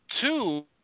Two